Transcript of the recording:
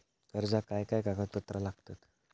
कर्जाक काय काय कागदपत्रा लागतत?